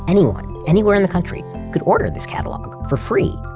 anyone, anywhere in the country could order this catalog for free,